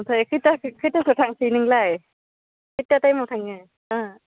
ओमफ्राय खैथासो खैथासो थांसै नोंलाय खैथा टाइमाव थाङो